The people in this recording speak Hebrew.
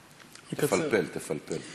נקצר.